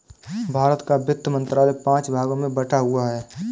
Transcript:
भारत का वित्त मंत्रालय पांच भागों में बटा हुआ है